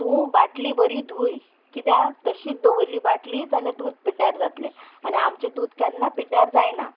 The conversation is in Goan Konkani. तूं बाटली बरी धूय कित्याक तशीच दवरली बाटली जाल्यार दूद पिड्ड्यार जातलें आनी आमचें दूद केन्ना पिड्ड्यार जायना